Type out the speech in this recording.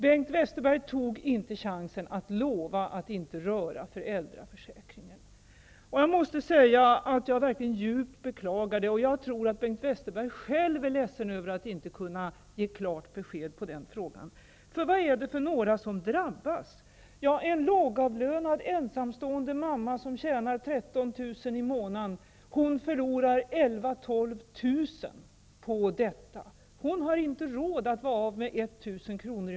Bengt Westerberg tog inte chansen att lova att inte röra föräldraförsäkringen. Jag beklagar det djupt. Jag tror att Bengt Westerberg själv är ledsen över att inte kunna ge klart besked i den frågan. Vilka är det som drabbas? En lågavlönad ensamstående mamma som tjänar 13 000 kr. i månaden förlorar 11 000--12 000 kr. på detta. Hon har inte råd att vara av med 1 000 kr.